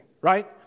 right